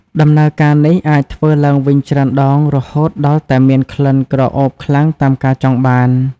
ដំណើរការនេះអាចធ្វើឡើងវិញច្រើនដងរហូតដល់តែមានក្លិនក្រអូបខ្លាំងតាមការចង់បាន។